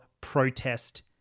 protest